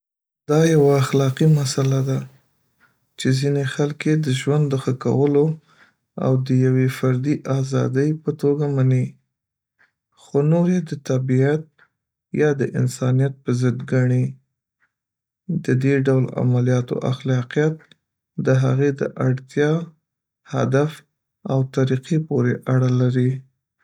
دا یوه اخلاقي مسئله ده، چې ځینې خلک یې د ژوند د ښه کولو او د یوې فردي آزادۍ په توګه مني، خو نور یې د طبعیت یا د انسانیت په ضد ګڼي. د دې ډول عملیاتو اخلاقيیت د هغې د اړتیا، هدف او طریقه پورې اړه لري.